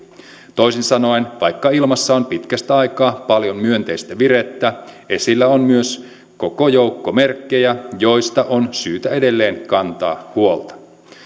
toisin sanoen vaikka ilmassa on pitkästä aikaa paljon myönteistä virettä esillä on myös koko joukko merkkejä joista on syytä edelleen kantaa huolta